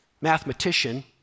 mathematician